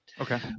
Okay